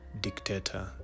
dictator